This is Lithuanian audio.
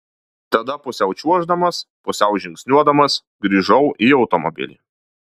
tada pusiau čiuoždamas pusiau žingsniuodamas grįžau į automobilį